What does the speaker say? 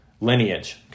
lineage